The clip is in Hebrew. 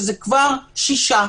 שזה כבר שישה.